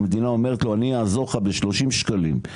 והמדינה אומרת לו אני אעזור לך ב-30 שקלים,